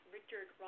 Richard